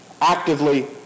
actively